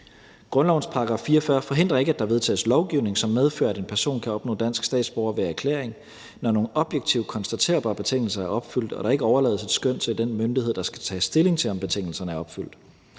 Grundlovens § 44 forhindrer ikke, at der vedtages lovgivning, som medfører, at en person kan opnå dansk statsborgerskab ved erklæring, når nogle objektive, konstaterbare betingelser er opfyldt og der ikke overlades et skøn til den myndighed, der skal tage stilling til, om betingelserne er opfyldt.